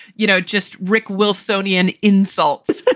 you know, just, rick, wilsonian insults. but